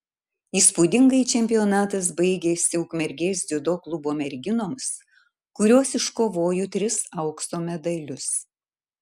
įspūdingai čempionatas baigėsi ukmergės dziudo klubo merginoms kurios iškovojo tris aukso medalius